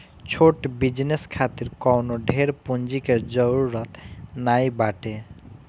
छोट बिजनेस खातिर कवनो ढेर पूंजी के जरुरत नाइ बाटे